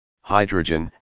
hydrogen